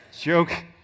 joke